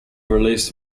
released